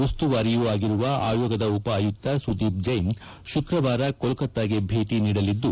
ಉಸ್ತುವಾರಿಯೂ ಆಗಿರುವ ಆಯೋಗದ ಉಪ ಆಯುಕ್ತ ಸುದೀಪ್ ಜೈನ್ ಶುಕ್ರವಾರ ಕೊಲ್ಕತ್ತಾಗೆ ಭೇಟ ನೀಡಲಿದ್ದು